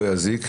לא יזיק,